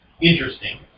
interesting